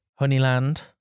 Honeyland